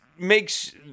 makes